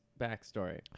backstory